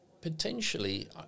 Potentially